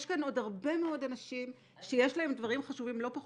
יש כאן עוד הרבה מאוד אנשים שיש להם דברים חשובים לא פחות.